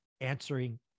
answering